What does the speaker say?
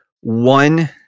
one